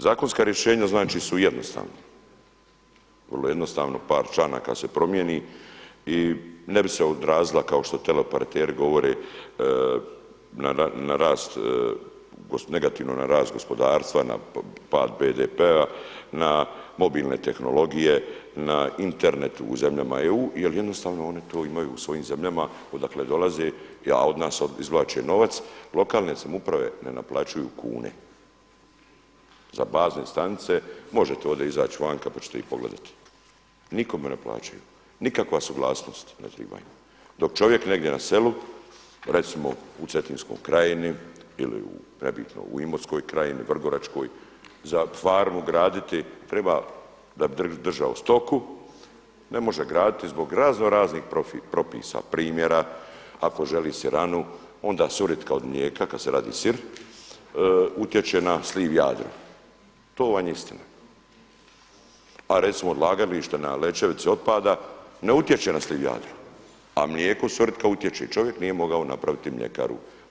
Zakonska rješenja znači su jednostavna, vrlo jednostavno par članaka se promijeni i ne bi se odrazila kao što teleoperateri govore na rast, negativno na rast gospodarstva, na pad BDP-a, na mobilne tehnologije, na Internet u zemljama EU jer jednostavno one to imaju svojim zemljama odakle dolaze a od nas izvlače novac lokalne samouprave ne naplaćuju kune za bazne stanice, možete ovdje izaći van pa ćete ih pogledati, nikome ne plaćaju, nikakvu suglasnost ne trebaju, dok čovjek negdje na selu recimo u Cetinskoj krajini ili nebitno u Imotskoj krajini, Vrgoračkoj za farmu graditi treba da bi držao stoku ne može graditi zbog razno raznih propisa, primjera ako želi siranu onda suritka od mlijeka kad se radi sir utječe na sliv … to vam je istina a recimo odlagalište na Lečevici otpada ne utječe na sliv Jadra a mlijeko suritka utječe, čovjek nije mogao napraviti mljekaru.